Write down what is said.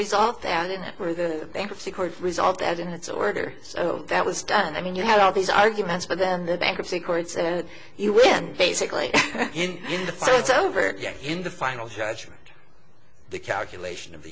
resolved that it were the bankruptcy court resolved that in its order so that was done i mean you had all these arguments but then the bankruptcy court said you were basically in the fights over in the final judgment the calculation of